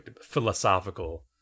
philosophical